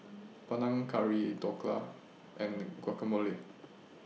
Panang Curry Dhokla and Guacamole